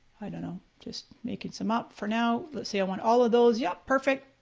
i don't know just making some up for now. let's say i want all of those, yep, perfect.